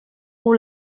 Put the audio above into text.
pour